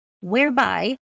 whereby